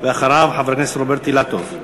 אחריו, חבר הכנסת רוברט אילטוב,